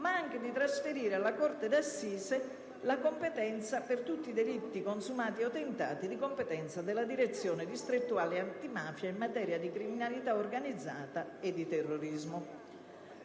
ma anche quello di trasferire alla corte d'assise la competenza per tutti i delitti, tentati o consumati, ossia di tutti i reati di competenza della Direzione distrettuale antimafia in materia di criminalità organizzata e di terrorismo.